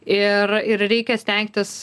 ir ir reikia stengtis